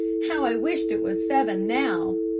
how i wished it was seven now!